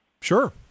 Sure